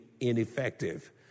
ineffective